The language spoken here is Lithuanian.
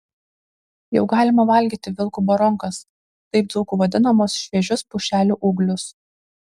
jau galima valgyti vilko baronkas taip dzūkų vadinamus šviežius pušelių ūglius